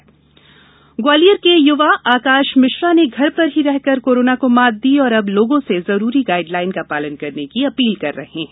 जन आंदोलन ग्वालियर के युवा आकाश मिश्रा ने घर पर ही रहकर कोरोना को मात दी और अब लोगों से जरूरी गाइडलाइन का पालन करने की अपील कर रहे हैं